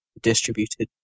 distributed